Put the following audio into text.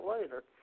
later